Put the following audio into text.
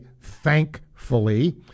Thankfully